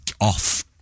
off